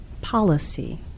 policy